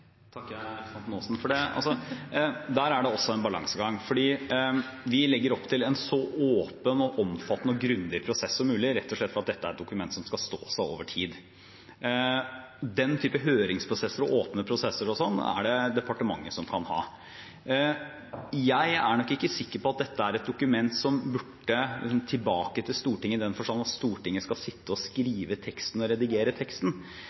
takker representanten Aasen for det spørsmålet. Der er det også en balansegang, for vi legger opp til en så åpen, omfattende og grundig prosess som mulig, rett og slett fordi dette er et dokument som skal stå seg over tid. Den typen høringsprosesser og åpne prosesser er det departementet som kan ha. Jeg er ikke sikker på at dette er et dokument som bør tilbake til Stortinget i den forstand at Stortinget skal sitte og skrive teksten og redigere teksten.